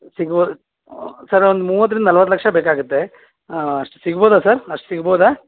ಸಿಗ್ಬೊದ sir ಒಂದು ಮೂವತ್ತರಿಂದ ನಲವತ್ತು ಲಕ್ಷ ಬೇಕಾಗುತ್ತೆ ಅಷ್ಟು ಸಿಗ್ಬೋದಾ ಸರ್ ಅಷ್ಟು ಸಿಗ್ಬೋದಾ